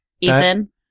Ethan